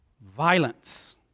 violence